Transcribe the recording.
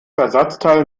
ersatzteil